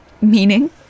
Meaning